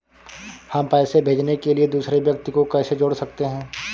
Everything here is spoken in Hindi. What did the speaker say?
हम पैसे भेजने के लिए दूसरे व्यक्ति को कैसे जोड़ सकते हैं?